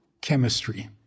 chemistry